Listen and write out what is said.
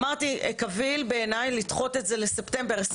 אמרתי: קביל בעיניי לדחות את זה לספטמבר 2023,